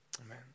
Amen